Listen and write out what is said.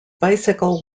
bicycle